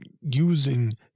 using